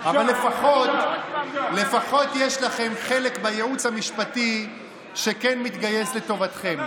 אבל לפחות יש לכם חלק בייעוץ המשפטי שכן מתגייס לטובתכם.